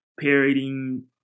parodying